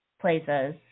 places